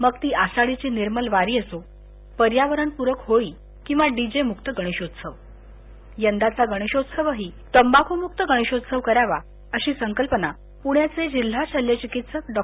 मग ती आषाढीची निर्मल वारी असो पर्यावरण पूरक होळी किंवा डीजेमुक्त गणेशोत्सव यंदाचा गणेशोत्सव तंबाखुमुक्त गणेशोत्सव करावा अशी संकल्पना पुण्याचे जिल्हा शल्य चिकित्सक डॉ